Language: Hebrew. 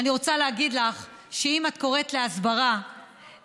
אני רוצה להגיד לך שאם את קוראת להסברה ולגאווה,